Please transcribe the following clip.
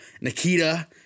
Nikita